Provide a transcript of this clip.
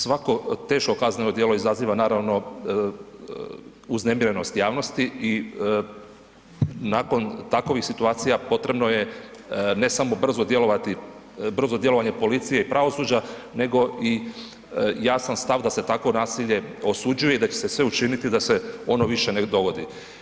Svako teško kazneno djelo izaziva naravno uznemirenost javnosti i nakon takovih situacija potrebno je, ne samo brzo djelovati, brzo djelovanje policije i pravosuđa, nego i jasan stav da se takvo nasilje osuđuje i da će se sve učiniti da se ono više ne dogodi.